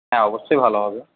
হ্যাঁ অবশ্যই ভালো হবে